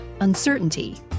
uncertainty